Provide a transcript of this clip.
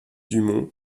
dumont